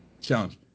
challenge